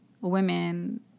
women